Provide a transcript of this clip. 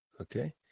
okay